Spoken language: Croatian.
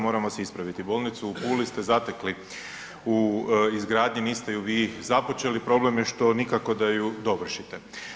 Moram vas ispraviti, Bolnicu u Puli ste zatekli u izgradnji, niste ju vi započeli, problem je što nikako da ju dovršite.